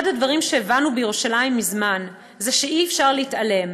אחד הדברים שהבנו בירושלים מזמן זה שאי-אפשר להתעלם,